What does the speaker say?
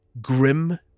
grim